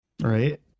Right